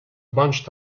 bunched